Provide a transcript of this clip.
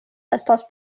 estas